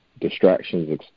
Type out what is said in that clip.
distractions